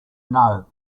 know